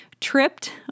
tripped